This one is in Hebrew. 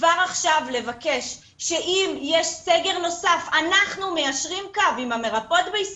כבר עכשיו לבקש שאם יש סגר נוסף אנחנו מיישרים קו עם המרפאות בעיסוק,